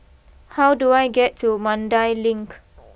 how do I get to Mandai Link